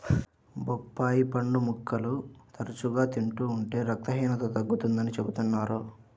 బొప్పాయి పండు ముక్కలు తరచుగా తింటూ ఉంటే రక్తహీనత తగ్గుతుందని చెబుతున్నారు